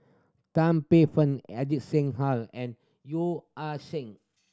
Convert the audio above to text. Tan Paey Fern Ajit Singh and Yeo Ah Seng